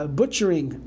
butchering